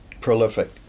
prolific